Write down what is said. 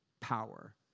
power